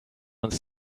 uns